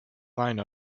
line